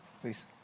Please